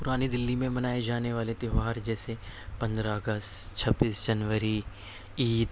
پرانی دلّی میں منائے جانے والے تیوہار جیسے پندرہ اگست چھبیس جنوری عید